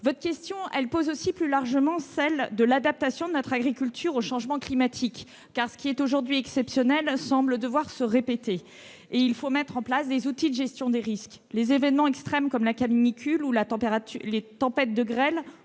Vous posez aussi, plus largement, la question de l'adaptation de notre agriculture au changement climatique, car ce qui est aujourd'hui exceptionnel semble devoir se répéter, et il faut mettre en place des outils de gestion des risques. Les événements extrêmes comme la canicule ou les tempêtes de grêle